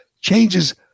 changes